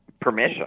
permission